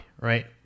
right